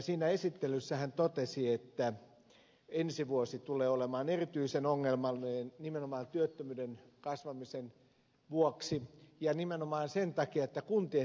siinä esittelyssä hän totesi että ensi vuosi tulee olemaan erityisen ongelmallinen nimenomaan työttömyyden kasvamisen vuoksi ja nimenomaan sen takia että kuntien tilanne heikkenee